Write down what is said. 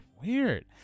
weird